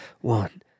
one